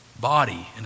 body